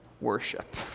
Worship